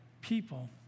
people